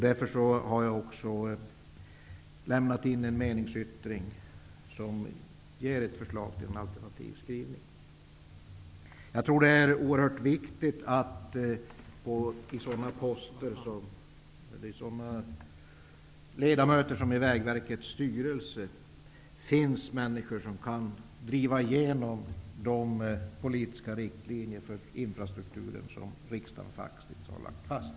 Därför har jag lämnat en meningsyttring som ger ett förslag till en alternativ skrivning. Jag tror att det är oerhört viktigt att ledamöter i Vägverkets styrelse är människor som kan driva igenom de politiska riktlinjer för infrastrukturen som riksdagen faktiskt har lagt fast.